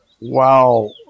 wow